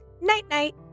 night-night